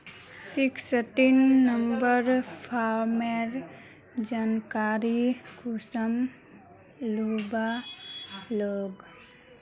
Sixteen number farmer जानकारी कुंसम लुबा लागे?